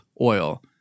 oil